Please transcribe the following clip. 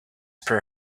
per